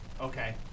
Okay